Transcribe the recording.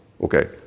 okay